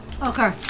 Okay